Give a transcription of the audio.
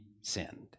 sinned